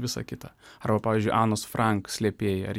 visa kita arba pavyzdžiui anos franc slėpėjai ar